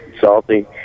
salty